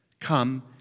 Come